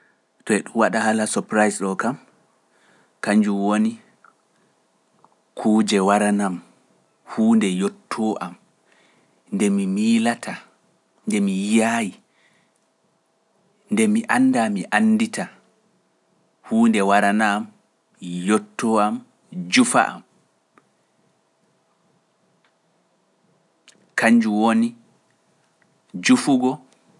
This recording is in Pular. To e ɗum waɗa haala surprise ɗo kam, kanjum woni kuuje waranam huunde yottoo am, nde mi miilata, nde mi yiyaay, nde mi annda mi anndita, huunde waranam yottoo am, jufa am. Kanjum woni jufugo.